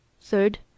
Third